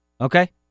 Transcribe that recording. Okay